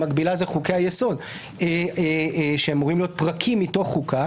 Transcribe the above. המקבילה אלה חוקי היסוד שאמורים להיות פרקים מתוך חוקה